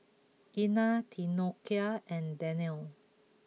Ina Theodocia and Danelle